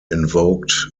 invoked